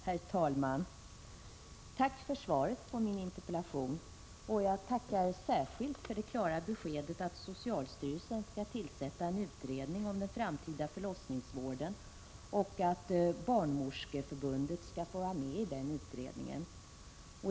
Herr talman! Tack för svaret på min interpellation. Jag tackar särskilt för det klara beskedet att socialstyrelsen skall tillsätta en utredning om den framtida förlossningsvården och att Barnmorskeförbundet skall få vara med i den utredningen.